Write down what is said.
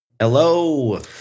Hello